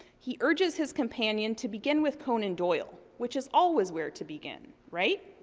he urges his companion to begin with conan doyle. which is always where to begin. right?